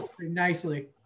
nicely